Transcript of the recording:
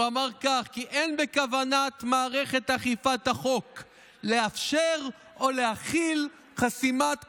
הוא אמר כי אין בכוונת מערכת אכיפת החוק לאפשר או להכיל חסימת כבישים.